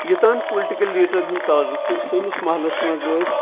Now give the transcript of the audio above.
یوٚتام پُلٹِکَل لیٖڈرَن ہُنٛد تعلق چھُ سٲنِس محلَس منٛز ٲسۍ